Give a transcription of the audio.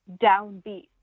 downbeat